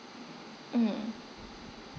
mm